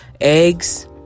eggs